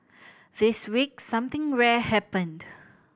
this week something rare happened